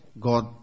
God